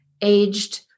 aged